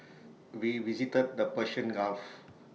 we visited the Persian gulf